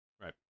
Right